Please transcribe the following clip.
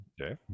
Okay